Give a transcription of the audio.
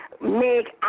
make